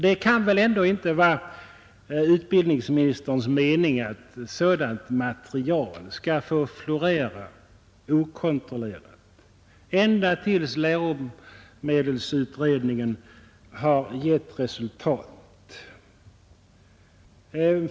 Det kan väl ändå inte vara utbildningsministerns mening att sådant material skall få florera okontrollerat ända till dess läromedelsutredningen har gett resultat.